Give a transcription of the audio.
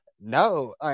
no